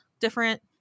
different